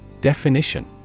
Definition